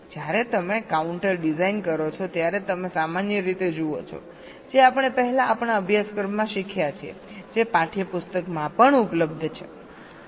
જ્યારે તમે counter design કરો છો ત્યારે તમે સામાન્ય રીતે જુઓ છો જે આપણે પહેલા આપણાં અભ્યાસક્રમમાં શીખ્યા છીએ જે પાઠ્યપુસ્તકમાં પણ ઉપલબ્ધ છે